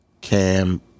Cam